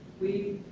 we